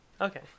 Okay